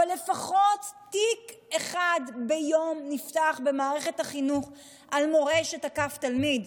לפחות תיק אחד ביום נפתח במערכת החינוך על מורה שתקף תלמיד.